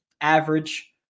average